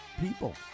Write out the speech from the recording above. people